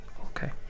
Okay